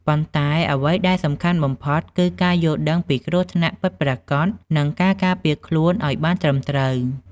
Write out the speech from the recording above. ប៉ុន្តែអ្វីដែលសំខាន់បំផុតគឺការយល់ដឹងពីគ្រោះថ្នាក់ពិតប្រាកដ និងការការពារខ្លួនឲ្យបានត្រឹមត្រូវ ។